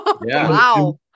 Wow